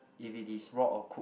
if it is raw or cooked